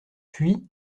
puis